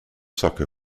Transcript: soccer